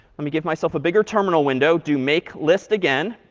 let me give myself a bigger terminal window. do make list again.